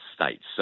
States